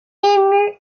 élu